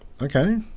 Okay